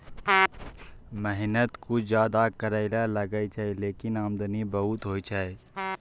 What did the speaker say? मेहनत कुछ ज्यादा करै ल लागै छै, लेकिन आमदनी बहुत होय छै